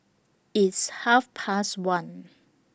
its Half Past one